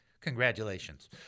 Congratulations